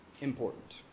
important